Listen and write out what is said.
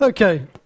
Okay